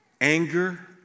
anger